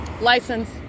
License